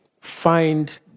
find